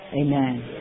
Amen